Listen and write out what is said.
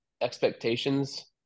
expectations